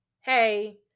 hey